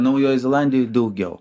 naujojoj zelandijoj daugiau